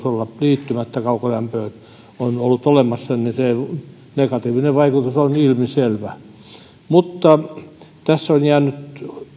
olla liittymättä kaukolämpöön on ollut olemassa se negatiivinen vaikutus on ilmiselvä mutta tässä on jäänyt